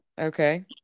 Okay